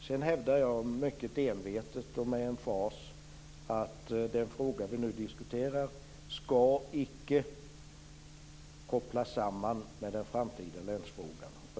Sedan hävdar jag mycket envetet och med emfas att den fråga som vi nu diskuterar icke skall kopplas samman med den framtida länsfrågan.